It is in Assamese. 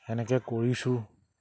সেনেকে কৰিছোঁ